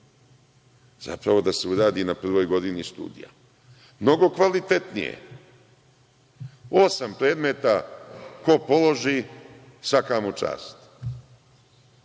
zapravo, da se uradi na prvoj godini studija. Mnogo kvalitetnije. Osam predmeta, ko položi, svaka mu čast.